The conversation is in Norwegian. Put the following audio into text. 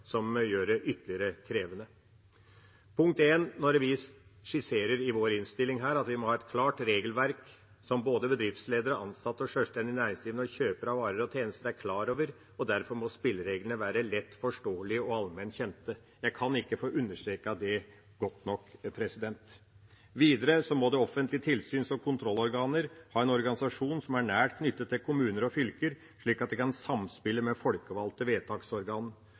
som gjøre det ytterligere krevende. I innstillingen skriver vi, i punkt nr. 1, at vi må ha et «klart regelverk, som både bedriftsledere, ansatte, selvstendig næringsdrivende og kjøpere av varer og tjenester er klar over. Derfor må spillereglene være lett forståelige og allment kjente.» Jeg kan ikke få understreket det godt nok. Videre står det under punkt nr. 2: «Offentlige tilsyns- og kontrollorganer må ha en organisasjon som er nært knyttet til kommuner og fylker, slik at de kan samspille med folkevalgte vedtaksorgan.